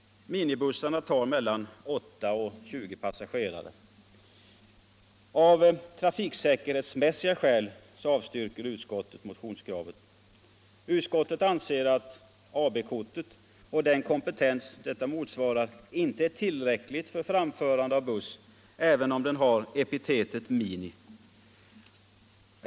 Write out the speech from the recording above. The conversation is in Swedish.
Minibussarna får ta upp till 20 passagerare. Av trafiksäkerhetsmässiga skäl avstyrker utskottet motionskravet. Utskottet anser att AB-kortet och den kompetens detta motsvarar inte är tillräckligt för framförande av buss även om den har epitetet mini.